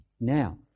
now